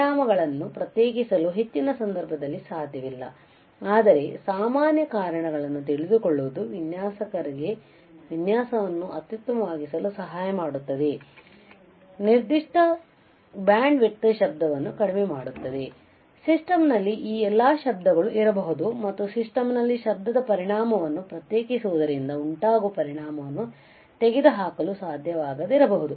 ಪರಿಣಾಮಗಳನ್ನು ಪ್ರತ್ಯೇಕಿಸಲು ಹೆಚ್ಚಿನ ಸಂದರ್ಭಗಳಲ್ಲಿ ಸಾಧ್ಯವಿಲ್ಲ ಆದರೆ ಸಾಮಾನ್ಯ ಕಾರಣಗಳನ್ನು ತಿಳಿದುಕೊಳ್ಳುವುದು ವಿನ್ಯಾಸಕಾರರಿಗೆ ವಿನ್ಯಾಸವನ್ನು ಅತ್ಯುತ್ತಮವಾಗಿಸಲು ಸಹಾಯ ಮಾಡುತ್ತದೆನಿರ್ದಿಷ್ಟ ಬ್ಯಾಂಡ್ವಿಡ್ತ್ ಶಬ್ದವನ್ನು ಕಡಿಮೆ ಮಾಡುತ್ತದೆ ಸಿಸ್ಟಮ್ನಲ್ಲಿ ಈ ಎಲ್ಲಾ ಶಬ್ದಗಳು ಇರಬಹುದು ಮತ್ತು ಸಿಸ್ಟಮ್ನಲ್ಲಿ ಶಬ್ದದ ಪರಿಣಾಮವನ್ನು ಪ್ರತ್ಯೇಕಿಸುವುದರಿಂದ ಉಂಟಾಗುವ ಪರಿಣಾಮವನ್ನು ತೆಗೆದುಹಾಕಲು ಸಾಧ್ಯವಾಗದಿರಬಹುದು